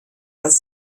als